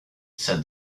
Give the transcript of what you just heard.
said